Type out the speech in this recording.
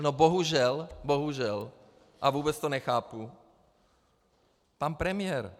No bohužel bohužel, a vůbec to nechápu pan premiér.